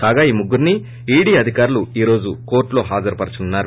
కాగా ఈ ముగ్గుర్సి ఈడీ అధికారులు ఈ రోజు కోర్టులో హాజరుపరచనున్నారు